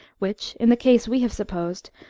which, in the case we have supposed,